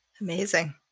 Amazing